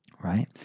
right